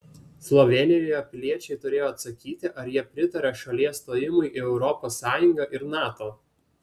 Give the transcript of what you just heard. slovėnijoje piliečiai turėjo atsakyti ar jie pritaria šalies stojimui į europos sąjungą ir nato